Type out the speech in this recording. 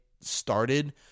started